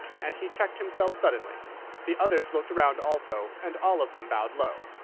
and he checked himself suddenly the others looked round also, and all of them bowed low.